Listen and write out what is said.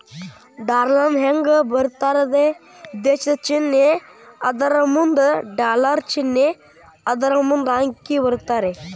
ಡಾಲರ್ನ ಹೆಂಗ ಬರೇತಾರಂದ್ರ ದೇಶದ್ ಚಿನ್ನೆ ಅದರಮುಂದ ಡಾಲರ್ ಚಿನ್ನೆ ಅದರಮುಂದ ಅಂಕಿ ಬರೇತಾರ